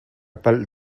palh